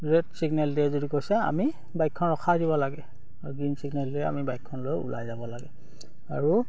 red signal দিয়ে যদি কৈছে আমি বাইকখন ৰখাই দিব লাগে আৰু গ্ৰীণ ছিগনেল দিয়ে আমি বাইকখন লৈ ওলাই যাব লাগে আৰু